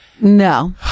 No